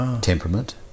temperament